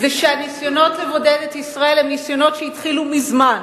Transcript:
זה שהניסיונות לבודד את ישראל הם ניסיונות שהתחילו מזמן,